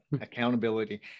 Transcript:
accountability